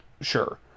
Sure